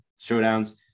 showdowns